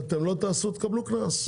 אתם לא תעשו תקבלו קנס".